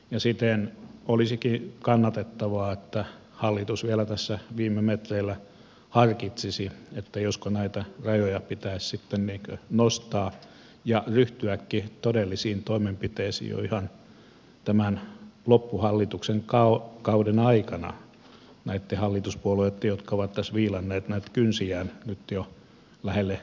siten olisikin kannatettavaa että hallitus vielä tässä viime metreillä harkitsisi josko näitä rajoja pitäisi sitten nostaa ja ryhtyäkin todellisiin toimenpiteisiin jo ihan tämän loppuhallituskauden aikana näitten hallituspuolueitten jotka ovat tässä viilanneet näitä kynsiään nyt jo lähelle neljä vuotta